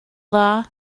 dda